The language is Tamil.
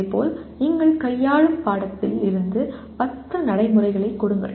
இதேபோல் நீங்கள் கையாளும் பாடத்திட்டத்திலிருந்து 10 நடைமுறைகளை கொடுங்கள்